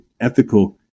ethical